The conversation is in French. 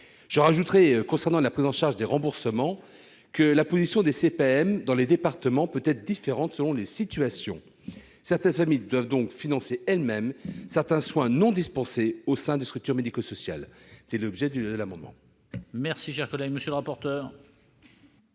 extérieures. Concernant la prise en charge des remboursements, j'ajouterai que la position des CPAM dans les départements peut être différente selon les situations. Certaines familles doivent donc financer elles-mêmes certains soins non dispensés au sein des structures médico-sociales. Quel est l'avis de la